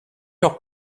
leur